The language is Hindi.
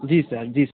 जी सर जी